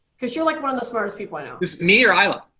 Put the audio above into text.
because you're like one of the smartest people i know. me or aila?